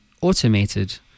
automated